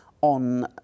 on